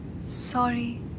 Sorry